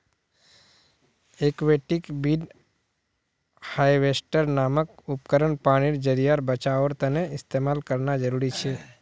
aquatic weed harvester नामक उपकरण पानीर ज़रियार बचाओर तने इस्तेमाल करना ज़रूरी छे